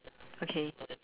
okay